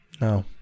No